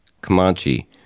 Comanche